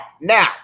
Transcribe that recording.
Now